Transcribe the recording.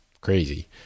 crazy